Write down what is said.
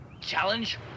Challenge